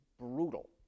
brutal